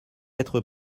être